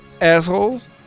Assholes